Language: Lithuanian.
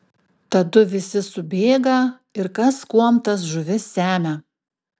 tadu visi subėga ir kas kuom tas žuvis semia